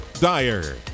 Dyer